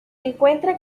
encuentra